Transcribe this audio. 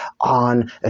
on